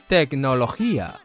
Tecnología